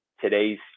today's